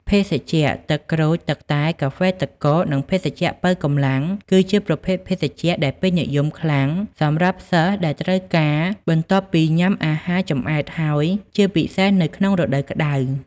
ភេសជ្ជៈ ទឹកក្រូច ទឹកតែ កាហ្វេទឹកកក និងភេសជ្ជៈប៉ូវកម្លាំង គឺជាប្រភេទភេសជ្ជៈដែលពេញនិយមខ្លាំងសម្រាប់សិស្សដែលត្រូវការ បន្ទាប់ពីញុាំអាហារចម្អែតហើយ ជាពិសេសនៅក្នុងរដូវក្តៅ។